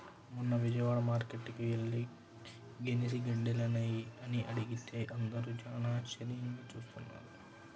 మొన్న విజయవాడ మార్కేట్టుకి యెల్లి గెనిసిగెడ్డలున్నాయా అని అడిగితే అందరూ చానా ఆశ్చర్యంగా జూత్తన్నారు